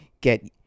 get